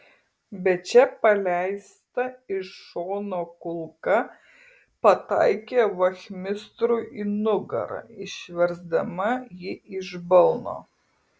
bet čia paleista iš šono kulka pataikė vachmistrui į nugarą išversdama jį iš balno